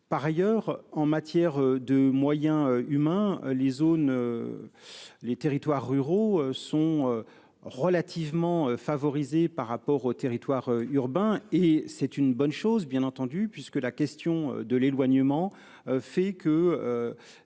Par ailleurs, en matière de moyens humains, les zones. Les territoires ruraux sont relativement favorisées par rapport aux territoires urbains et c'est une bonne chose, bien entendu, puisque la question de l'éloignement fait que.